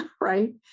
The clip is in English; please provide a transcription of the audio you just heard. right